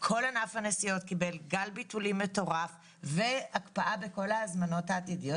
כל ענף הנסיעות קיבל גל ביטולים מטורף והקפאה בכל ההזמנות העתידיות.